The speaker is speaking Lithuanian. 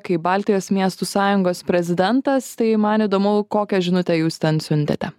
kaip baltijos miestų sąjungos prezidentas tai man įdomu kokią žinutę jūs ten siuntėte